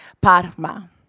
Parma